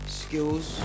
skills